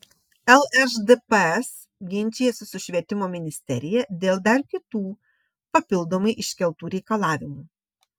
lšdps ginčijasi su švietimo ministerija dėl dar kitų papildomai iškeltų reikalavimų